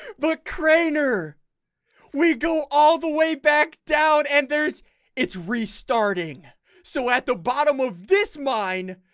but craner we go all the way back down, and there's it's restarting so at the bottom of this mine.